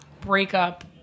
breakup